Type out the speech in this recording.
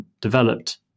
developed